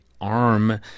arm